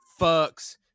fucks